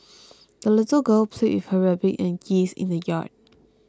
the little girl played with her rabbit and geese in the yard